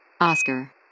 Oscar